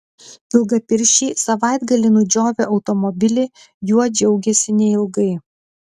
ilgapirščiai savaitgalį nudžiovę automobilį juo džiaugėsi neilgai